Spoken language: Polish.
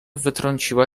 wytrąciła